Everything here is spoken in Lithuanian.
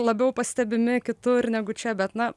labiau pastebimi kitur negu čia bet na